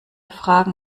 fragen